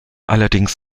allerdings